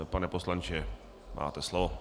Pane poslanče, máte slovo.